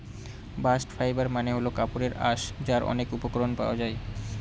bast fibre মানে হল কাপড়ের আঁশ যার অনেক উপকরণ পাওয়া যায়